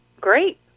Great